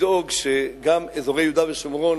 לדאוג שגם אזורי יהודה ושומרון,